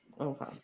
okay